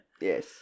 Yes